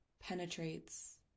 penetrates